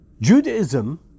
Judaism